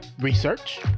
research